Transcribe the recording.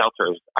shelters